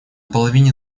половине